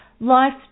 Life